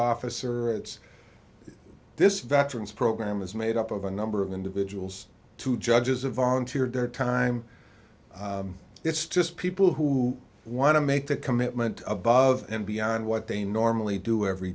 officer it's this veterans program is made up of a number of individuals two judges have volunteered their time it's just people who want to make the commitment above and beyond what they normally do every